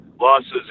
losses